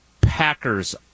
Packers